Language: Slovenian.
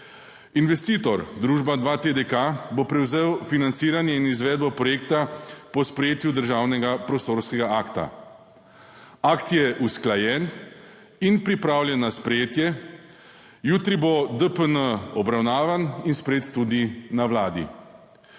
Investitor, družba 2TDK, bo prevzel financiranje in izvedbo projekta po sprejetju državnega prostorskega akta. Akt je usklajen in pripravljen na sprejetje. Jutri bo DPN obravnavan in sprejet tudi na Vladi.